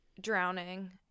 drowning